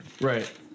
Right